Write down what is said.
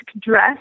dress